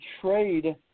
trade